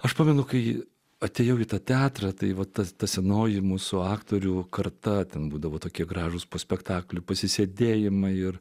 aš pamenu kai atėjau į tą teatrą tai va tas ta senoji mūsų aktorių karta ten būdavo tokie gražūs po spektaklių pasisėdėjimai ir